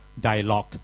dialogue